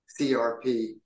CRP